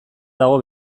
dago